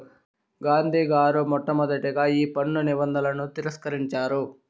గాంధీ గారు మొట్టమొదటగా ఈ పన్ను నిబంధనలను తిరస్కరించారు